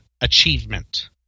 achievement